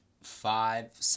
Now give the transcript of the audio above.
five